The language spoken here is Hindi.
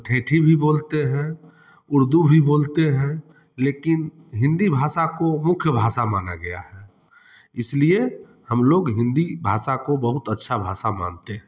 ठेठ भी बोलते हैं उर्दू भी बोलते हैं लेकिन हिंदी भाषा को मुख्य भाषा माना गया है इसलिए हम लोग हिंदी भाषा को बहुत अच्छा भाषा मानते हैं